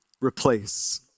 replace